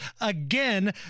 again